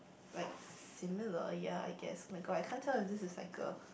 like similar ya I guess [oh]-my-god I can't tell if this is like a